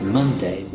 Monday